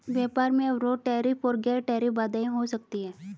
व्यापार में अवरोध टैरिफ और गैर टैरिफ बाधाएं हो सकती हैं